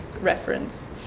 reference